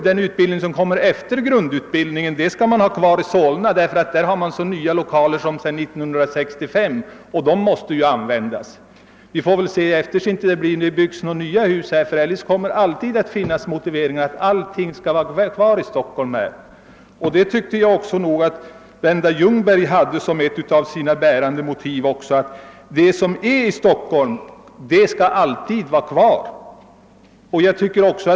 Den utbildning som kommer därefter skall vara kvar i Solna, ty där har man så nya lokaler som från år 1965, och de måste användas. Det kommer alltid att finnas motiveringar för att allting skall vara kvar i Stockholm. Jag tyckte också att fröken Ljungberg som ett av sina bärande motiv hade att det som är i Stockholm alltid skall vara kvar där.